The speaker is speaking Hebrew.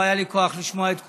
לא היה לי כוח לשמוע את כולם,